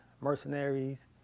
mercenaries